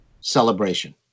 celebration